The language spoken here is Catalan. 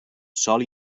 sòl